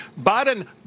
Biden